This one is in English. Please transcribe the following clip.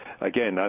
again